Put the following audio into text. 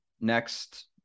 next